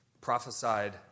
prophesied